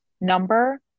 number